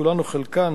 כולן או חלקן,